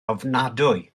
ofnadwy